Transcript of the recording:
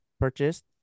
purchased